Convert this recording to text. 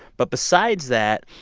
but besides that,